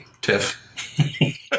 Tiff